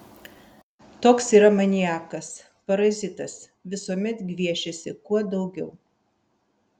toks yra maniakas parazitas visuomet gviešiasi kuo daugiau